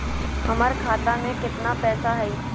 हमर खाता मे केतना पैसा हई?